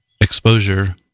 exposure